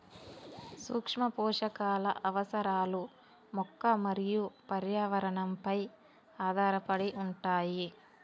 సూక్ష్మపోషకాల అవసరాలు మొక్క మరియు పర్యావరణంపై ఆధారపడి ఉంటాయి